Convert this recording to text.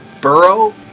Burrow